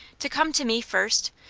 to come to me, first,